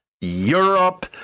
Europe